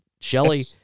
Shelly